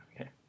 Okay